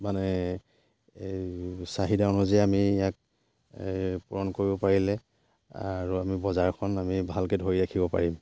মানে চাহিদা অনুযায়ী আমি ইয়াক পূৰণ কৰিব পাৰিলে আৰু আমি বজাৰখন আমি ভালকৈ ধৰি ৰাখিব পাৰিম